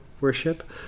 worship